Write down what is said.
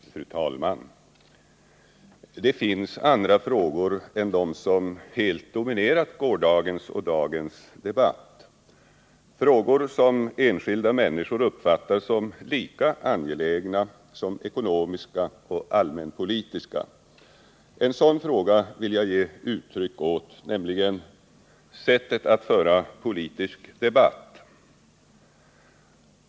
Fru talman! Det finns andra frågor än de som helt har dominerat gårdagens och dagens debatt — frågor som av enskilda människor uppfattas som lika angelägna som ekonomiska och allmänpolitiska frågor. Jag vill ge uttryck åt en sådan fråga, nämligen sättet att föra politisk debatt.